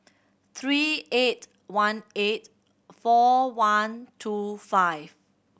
three eight one eight four one two five